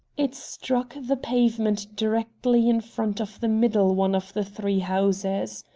it struck the pavement directly in front of the middle one of the three houses.